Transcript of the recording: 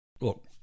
look